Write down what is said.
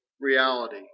reality